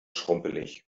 schrumpelig